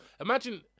imagine